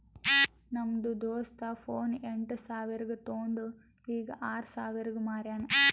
ನಮ್ದು ದೋಸ್ತ ಫೋನ್ ಎಂಟ್ ಸಾವಿರ್ಗ ತೊಂಡು ಈಗ್ ಆರ್ ಸಾವಿರ್ಗ ಮಾರ್ಯಾನ್